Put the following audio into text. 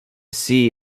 see